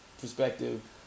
perspective